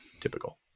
typical